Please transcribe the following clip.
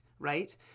right